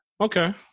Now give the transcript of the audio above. Okay